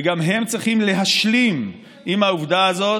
וגם הם צריכים להשלים עם העובדה הזאת.